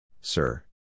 sir